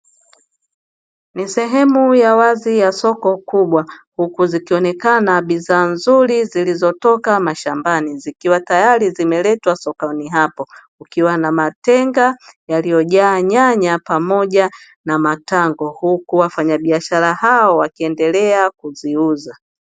Ni sehemu ya wazi ya soko kubwa huku zikionekana bidhaa nzuri zilizotoka mashambani zikiwa tayari zimeletwa sokoni hapo, kukiwa na matenga yaliyojaa nyanya pamoja na matango; huku wafanyabiashara hao wakiendelea kuziuza.